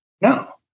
No